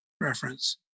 reference